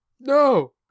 no